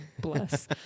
bless